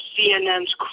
CNN's